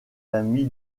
amis